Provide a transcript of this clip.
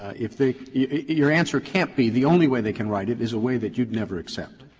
if they your answer can't be the only way they can write it is a way that you would never accept.